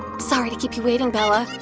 sorry to keep you waiting, bella.